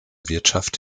wirtschaft